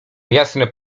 jasny